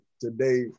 Today